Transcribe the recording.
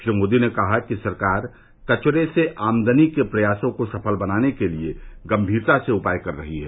श्री मोदी ने कहा कि सरकार कचरे से आमदनी के प्रयासों को सफल बनाने के लिए गंमीरता से उपाय कर रही है